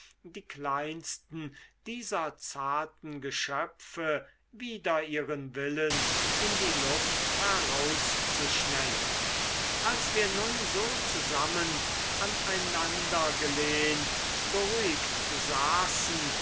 die kleinsten dieser zarten geschöpfe wider ihren willen in die luft herauszuschnellen als wir nun so zusammen aneinandergelehnt beruhigt saßen